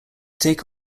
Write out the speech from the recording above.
take